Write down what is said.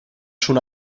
schon